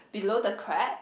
below the crab